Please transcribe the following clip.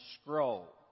scroll